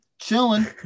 chilling